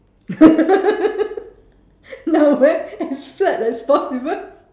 now wear as flat as possible